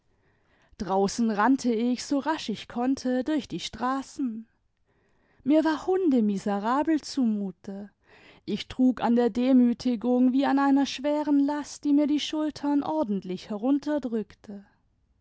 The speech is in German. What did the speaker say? draußen rannte ich so rasch ich konnte durch die straßen mir war himdemiserabel zumute ich trug an der demütigung wie an einer schweren last die mir die schultern ordentlich